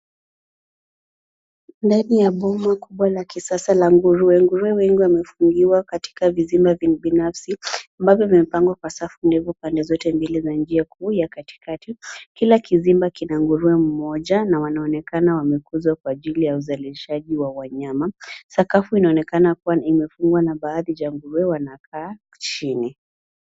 Ndani ya boma kubwa la kisasa la ngurue , ngurue wengi wamefungiwa katika vizimba za binafsi ambavyo vimepangwa kwa safu ndefu pande zote mbili za njia kuu katikati. Kila kizimba kina ngurue mmoja na wanaonekana wamekuzwa kwa ajili ya uzalishaji wa nyama. Sakafu ina onekana kuwa imefungwa na baadhi na ngurue wanakaa chini.